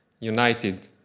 united